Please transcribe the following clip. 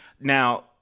Now